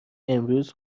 امروز